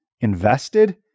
invested